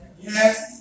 Yes